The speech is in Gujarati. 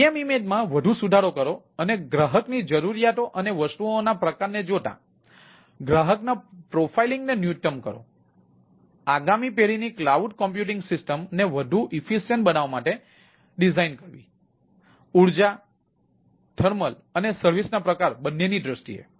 VM ઇમેજ અને સર્વિસના પ્રકાર બંનેની દ્રષ્ટિએ